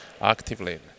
actively